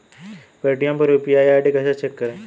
Paytm पर UPI ID कैसे check करें?